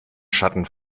schatten